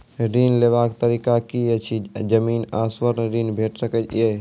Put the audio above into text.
ऋण लेवाक तरीका की ऐछि? जमीन आ स्वर्ण ऋण भेट सकै ये?